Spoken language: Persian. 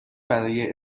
برای